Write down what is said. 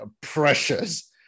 precious